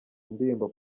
indirimbo